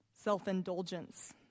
self-indulgence